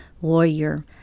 warrior